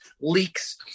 leaks